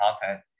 content